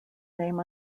name